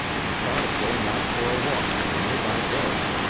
he thought of going out for a walk to the near-by village,